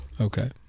Okay